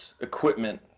equipment